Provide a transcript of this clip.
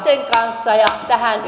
kanssa ja tähän